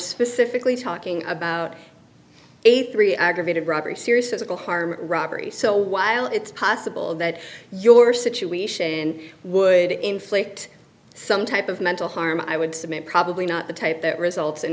specifically talking about a three aggravated robbery serious physical harm robbery so while it's possible that your situation would inflict some type of mental harm i would submit probably not the type that results in